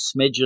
smidgen